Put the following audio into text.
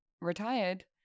retired